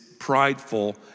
prideful